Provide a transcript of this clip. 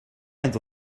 end